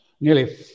nearly